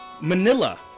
manila